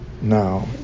now